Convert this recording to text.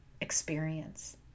experience